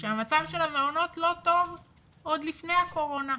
שהמצב של המעונות לא טוב עוד לפני הקורונה.